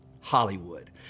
Hollywood